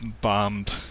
bombed